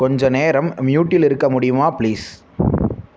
கொஞ்சம் நேரம் மியூட்டில் இருக்க முடியுமா ப்ளீஸ்